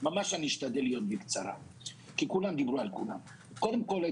קודם כל,